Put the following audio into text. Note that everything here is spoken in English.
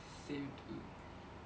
same dude